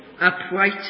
upright